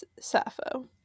Sappho